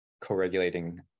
co-regulating